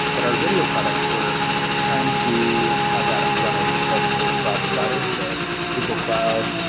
but our video products, we're trying to have that run in multiple cloud providers. so google cloud,